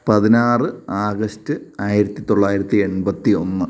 പതിനാറ് അഗസ്റ്റ് ആയിരത്തിത്തൊള്ളായിരത്തി എൺപത്തിയൊന്ന്